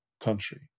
country